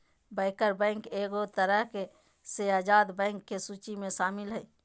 banker bank एगो तरह से आजाद बैंक के सूची मे शामिल हय